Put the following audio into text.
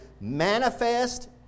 manifest